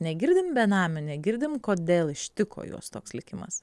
negirdim benamių negirdim kodėl ištiko juos toks likimas